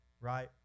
right